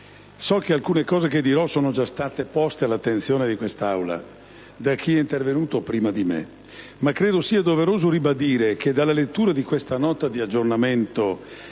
so che alcune cose che dirò sono già state poste all'attenzione di quest'Aula da chi è intervenuto prima di me, ma credo sia doveroso ribadire che dalla lettura di questa Nota di aggiornamento